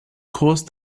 caused